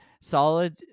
solid